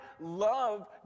love